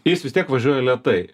jis vis tiek važiuoja lėtai